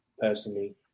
personally